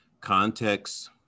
context